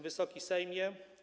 Wysoki Sejmie!